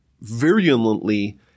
virulently